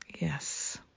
Yes